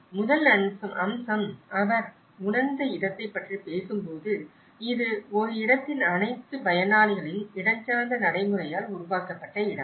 எனவே முதல் அம்சம் அவர் உணர்ந்த இடத்தைப் பற்றி பேசும்போது இது ஒரு இடத்தின் அனைத்து பயனாளிகளின் இடஞ்சார்ந்த நடைமுறையால் உருவாக்கப்பட்ட இடம்